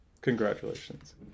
Congratulations